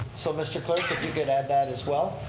so mr. clerk, if you could add that as well.